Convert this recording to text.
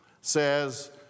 says